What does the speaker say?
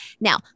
Now